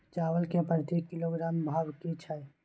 चावल के प्रति किलोग्राम भाव की छै?